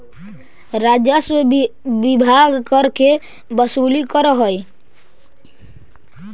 राजस्व विभाग कर के वसूली करऽ हई